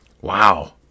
wow